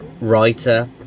writer